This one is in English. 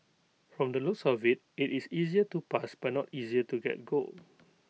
from the looks of IT it is easier to pass but not easier to get gold